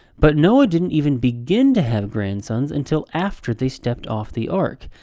but noah didn't even begin to have grandsons until after they stepped off the ark.